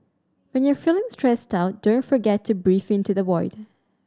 when you are feeling stressed out don't forget to breathe into the void